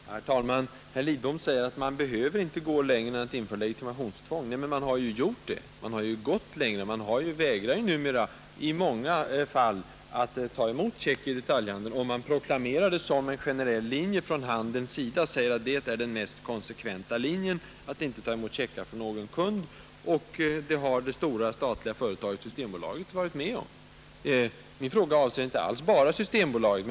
Herr talman! Statsrådet Lidbom säger att man inte behöver gå längre än att införa legitimationstvång. Nej, men man har ju gjort det. Man har gått längre och vägrar numera i många fall att ta emot checkar i detaljhandeln. Det proklameras från handelns sida att den mest konsekventa linjen är att inte ta emot checkar från någon kund, och det har det stora statliga företaget Systembolaget varit med om. Min fråga gäller inte alls bara Systembolaget.